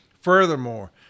Furthermore